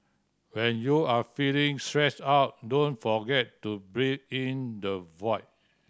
when you are feeling stressed out don't forget to breathe into the void